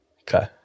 Okay